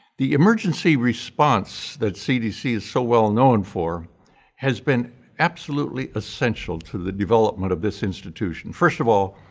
the emergency response that cdc is so well known for has been absolutely essential to the development of this institution. first of all,